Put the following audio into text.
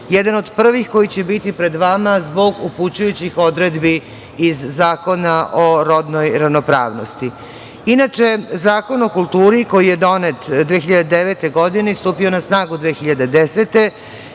jedan od prvih koji će biti pred vama zbog upućujućih odredbi iz Zakona o rodnoj ravnopravnosti. Inače, Zakon o kulturi, koji je donet 2009. godine i stupio na snagu 2010.